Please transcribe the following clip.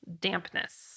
dampness